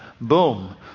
boom